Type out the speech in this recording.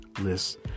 list